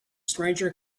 stranger